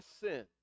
sin